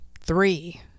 three